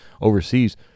overseas